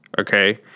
okay